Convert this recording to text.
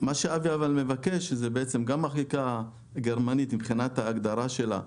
גם החקיקה הגרמנית מבחינת ההגדרה שלה,